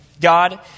God